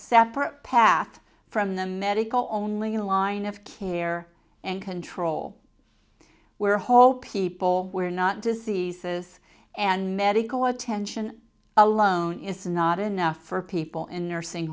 separate path from the medical only line of care and control where hope people were not diseases and medical attention alone is not enough for people in nursing